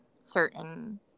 certain